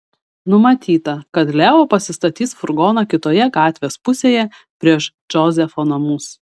numatyta kad leo pasistatys furgoną kitoje gatvės pusėje prieš džozefo namus